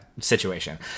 situation